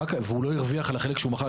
והוא לא הרוויח על החלק שהוא מכר,